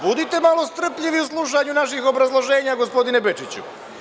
Budite malo strpljivi u slušanju naših obrazloženja, gospodine Bečiću.